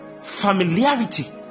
Familiarity